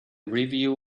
review